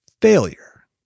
failure